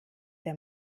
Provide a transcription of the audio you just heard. der